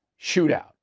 shootout